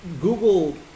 Google